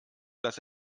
dass